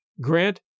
Grant